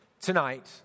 tonight